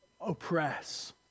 oppress